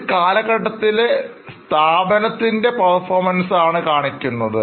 ഒരു കാലഘട്ടത്തിലെസ്ഥാപനത്തിൻറെ Performance കാണിക്കുന്നത്